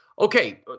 Okay